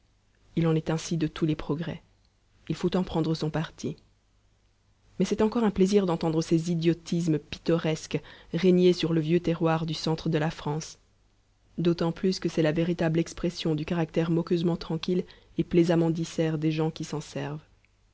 il en est ainsi de tous les progrès il faut en prendre son parti mais c'est encore un plaisir d'entendre ces idiotismes pittoresques régner sur le vieux terroir du centre de la france d'autant plus que c'est la véritable expression du caractère moqueusement tranquille et plaisamment disert des gens qui s'en servent